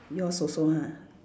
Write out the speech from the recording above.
yours also ha